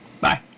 bye